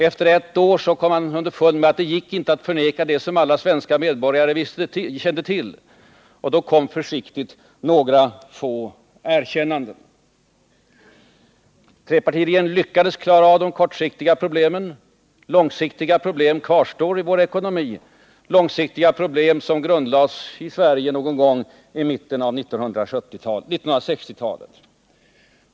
Efter ett år kom han underfund med att det inte gick att förneka det som alla medborgare kände till, och då kom försiktigt några få erkännanden. Trepartiregeringen lyckades klara av de kortsiktiga problemen. Långsiktiga problem kvarstår i vår ekonomi, långsiktiga problem som grundlades i Sverige någon gång i mitten på 1960-talet.